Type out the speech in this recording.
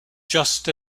just